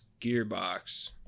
Gearbox